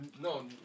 No